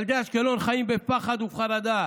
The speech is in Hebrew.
"ילדי אשקלון חיים בפחד ובחרדה.